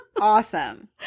awesome